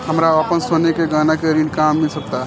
हमरा अपन सोने के गहना पर ऋण कहां मिल सकता?